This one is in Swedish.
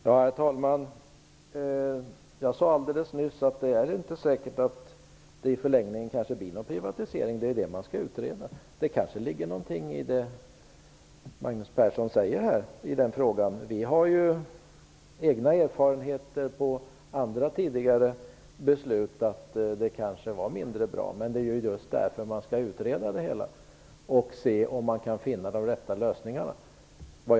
Herr talman! Jag sade alldeles nyss att det inte är säkert att det i förlängningen blir någon privatisering. Det är det som man skall utreda. Det kanske ligger någonting i det som Magnus Persson säger. Erfarenheter av andra beslut har visat att det ibland kanske har varit mindre bra. Det är just därför som detta skall utredas. Man skall se om det går att finna de rätta lösningarna.